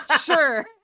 Sure